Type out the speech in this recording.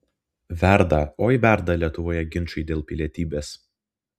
verda oi verda lietuvoje ginčai dėl pilietybės